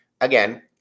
again